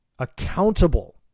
accountable